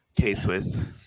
k-swiss